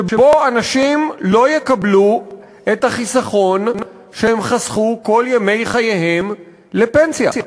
שאנשים לא יקבלו את החיסכון שהם חסכו כל ימי חייהם לפנסיה,